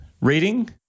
reading